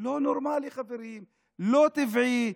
לא נורמלי, חברים, לא טבעי.